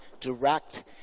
direct